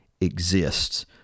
exists